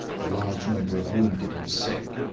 the large number of wounded and sick,